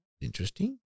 interesting